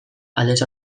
aldez